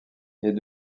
est